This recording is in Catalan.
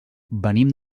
venim